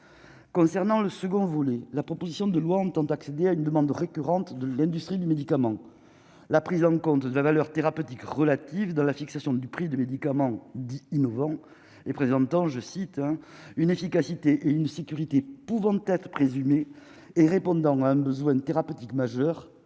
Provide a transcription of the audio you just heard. concernant le second volet, la proposition de loi ont ont accéder à une demande récurrente de l'industrie du médicament, la prise en compte de la valeur thérapeutique relatif dans la fixation du prix des médicaments dits innovants et présentant, je cite, une efficacité, une sécurité pouvant être présumé et répondant à un besoin thérapeutique majeur au